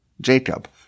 Jacob